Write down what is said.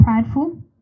prideful